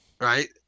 right